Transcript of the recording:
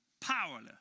powerless